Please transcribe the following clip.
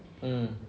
mm